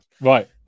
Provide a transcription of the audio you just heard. Right